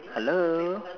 hello